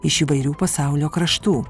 iš įvairių pasaulio kraštų